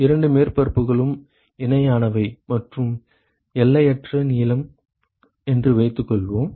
இரண்டு மேற்பரப்புகளும் இணையானவை மற்றும் எல்லையற்ற நீளம் என்று வைத்துக்கொள்வோம்